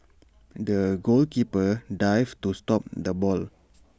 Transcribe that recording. the goalkeeper dived to stop the ball